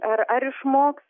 ar ar išmoks